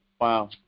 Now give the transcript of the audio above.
Wow